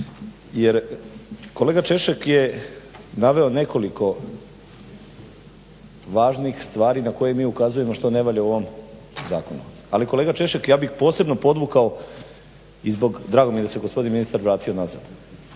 jer kolega Češek je naveo nekoliko važnih stvari na koje mi ukazujemo što ne valja u ovom zakonu, ali kolega Češek ja bih posebno podvukao i zbog, drago mi je da se gospodin ministar vratio nazad.